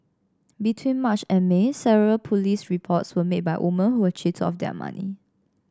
between March and May several police reports were made by woman who were cheated of their money